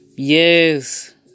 Yes